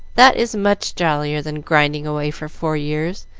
that is much jollier than grinding away for four years,